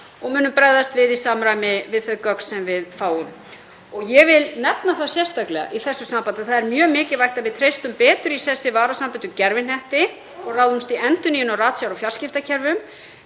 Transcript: og munum bregðast við í samræmi við þau gögn sem við fáum. Ég vil nefna það sérstaklega í þessu sambandi að það er mjög mikilvægt að við treystum betur í sessi varasambönd um gervihnetti og ráðumst í endurnýjun á ratsjár- og fjarskiptakerfum.